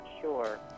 sure